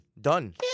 Done